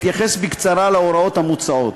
אתייחס בקצרה להוראות המוצעות: